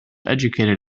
educated